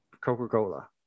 Coca-Cola